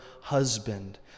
husband